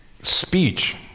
speech